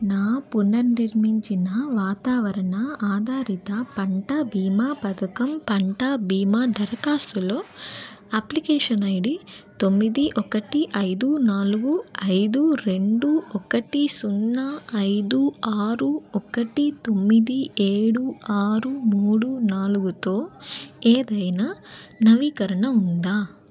నా పునర్నిర్మించిన వాతావరణ ఆధారిత పంట బీమా పథకం పంట బీమా దరఖాస్తులో అప్లికేషన్ ఐడి తొమ్మిది ఒకటి ఐదు నాలుగు ఐదు రెండు ఒకటి సున్నా ఐదు ఆరు ఒకటి తొమ్మిది ఏడు ఆరు మూడు నాలుగుతో ఏదైనా నవీకరణ ఉందా